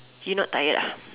you not tired ah